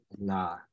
nah